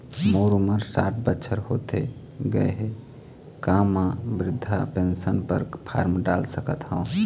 मोर उमर साठ बछर होथे गए हे का म वृद्धावस्था पेंशन पर फार्म डाल सकत हंव?